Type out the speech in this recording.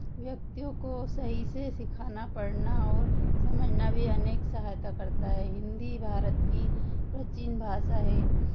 व्यक्तियों को सही से सिखाना पढ़ना और समझना भी अनेक सहायता करता है हिन्दी भारत की प्राचीन भाषा है